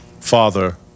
Father